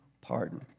pardon